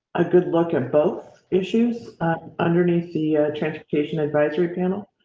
a. good luck and both issues underneath the transportation advisory panel.